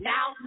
Now